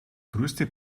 größte